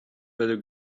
better